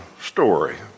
story